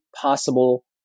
possible